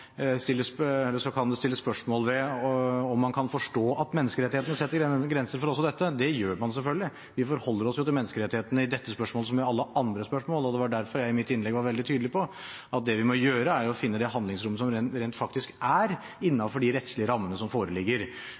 kan forstå at menneskerettighetene setter grenser for også dette. Det gjør man selvfølgelig. Vi forholder oss jo til menneskerettighetene i dette spørsmålet som i alle andre spørsmål, og det var derfor jeg i mitt innlegg var veldig tydelig på at det vi må gjøre, er å finne det handlingsrommet som rent faktisk er innenfor de rettslige rammene som foreligger.